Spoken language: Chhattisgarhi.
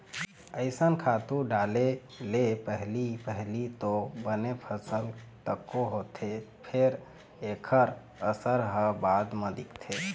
रसइनिक खातू डाले ले पहिली पहिली तो बने फसल तको होथे फेर एखर असर ह बाद म दिखथे